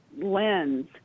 lens